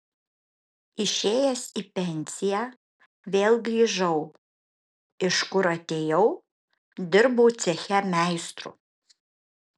išėjęs į pensiją vėl grįžau iš kur atėjau dirbau ceche meistru